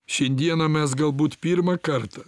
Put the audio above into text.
šiandieną mes galbūt pirmą kartą